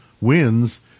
wins